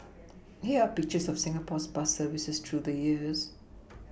here are pictures of Singapore's bus services through the years